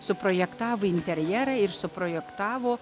suprojektavo interjerą ir suprojektavo